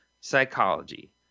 Psychology